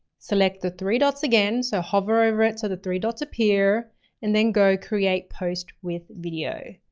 select the three dots again, so hover over it so the three dots appear and then go, create post with video.